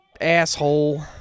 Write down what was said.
asshole